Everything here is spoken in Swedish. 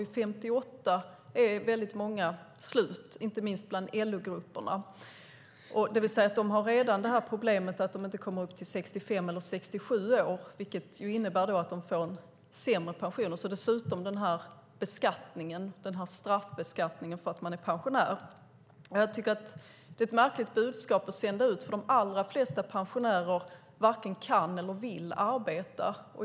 Vid 58 är väldigt många slut, inte minst bland LO-grupperna, det vill säga att de redan har det problemet att de inte kommer upp till 65 eller 67 år, vilket innebär att de får en sämre pension. Dessutom blir det en straffbeskattning för att man är pensionär. Jag tycker att det är ett märkligt budskap att sända ut, för de allra flesta pensionärer varken kan eller vill arbeta.